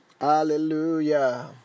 Hallelujah